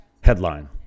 headline